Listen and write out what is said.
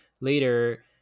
later